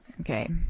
Okay